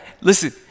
listen